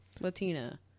Latina